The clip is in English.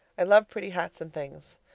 i'd love pretty hats and things,